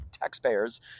taxpayers